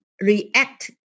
react